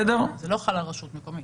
זה לא חל על רשות מקומית.